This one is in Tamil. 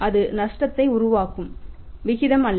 அது நஷ்டத்தை உருவாகும் விகிதம் அல்ல